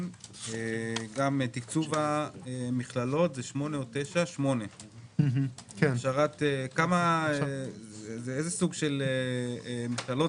תקצוב המכללות, 8. איזה סוג של מכללות?